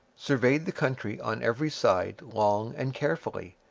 surveyed the country on every side long and carefully,